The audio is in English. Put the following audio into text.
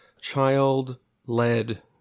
child-led